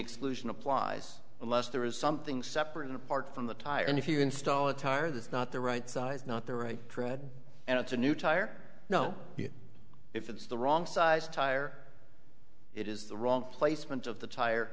exclusion applies unless there is something separate and apart from the tire and if you install a tire that's not the right size not the right tread and it's a new tire know if it's the wrong size tire it is the wrong placement of the tire